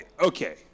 okay